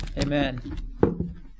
Amen